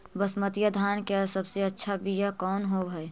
बसमतिया धान के सबसे अच्छा बीया कौन हौब हैं?